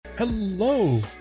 Hello